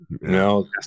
No